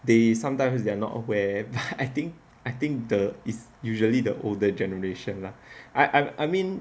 they sometimes they are not aware I think I think the is usually the older generation lah I mean